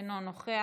אינו נוכח,